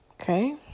Okay